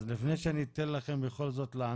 אז לפני שאתן לכם לענות,